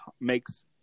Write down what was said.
makes